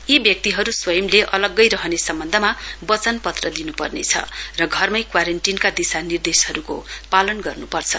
यी व्यक्तिहरु स्वयंले अलग्गै रहने सम्वन्धमा वचन पत्र दिनु पर्नेछ र घरमै क्वारेन्टीनका दिशा निर्देशहरुके पालन गर्नुपर्छ